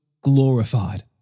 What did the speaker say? glorified